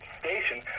station